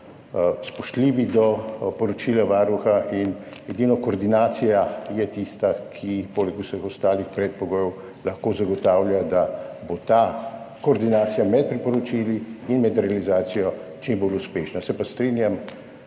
spoštljivi do poročila Varuha in edino koordinacija je tista, ki poleg vseh ostalih predpogojev lahko zagotavlja, da bo ta koordinacija med priporočili in med realizacijo čim bolj uspešna. Strinjam